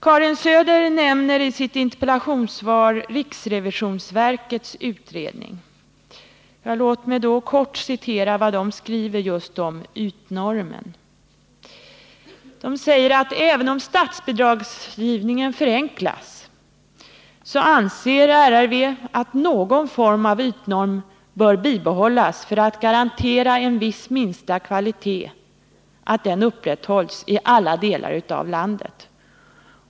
Karin Söder nämner i sitt interpellationssvar riksrevisionsverkets utredning. Låt mig då kort citera vad riksrevisionsverket skriver om just ytnormen: ”Även om statsbidragsgivningen förenklas anser RRV att någon form av ytnorm bör bibehållas för att garantera att en viss minsta kvalitet upprätthålls i alla delar av landet”.